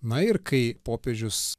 na ir kai popiežius